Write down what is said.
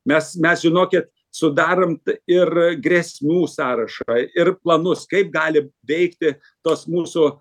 mes mes žinokit sudarant ir grėsmių sąrašą ir planus kaip gali veikti tos mūsų